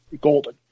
golden